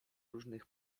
różnych